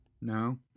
no